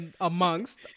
amongst